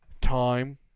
time